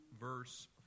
verse